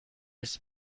ارث